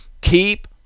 Keep